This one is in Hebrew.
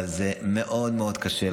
אבל זה מאוד מאוד קשה.